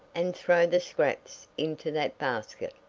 and throw the scraps into that basket,